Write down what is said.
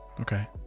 Okay